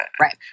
Right